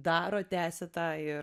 daro tęsia tą ir